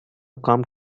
come